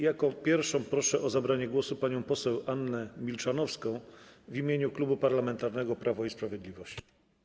Jako pierwszą proszę o zabranie głosu panią poseł Annę Milczanowską w imieniu Klubu Parlamentarnego Prawo i Sprawiedliwość.